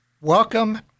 Welcome